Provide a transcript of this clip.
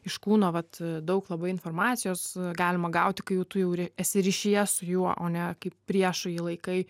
iš kūno vat daug labai informacijos galima gauti kai jau tu jau esi ryšyje su juo o ne kaip priešu jį laikai